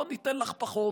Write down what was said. לא, ניתן לך פחות.